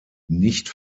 nicht